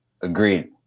Agreed